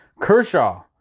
Kershaw